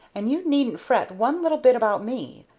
and you needn't fret one little bit about me.